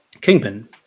kingpin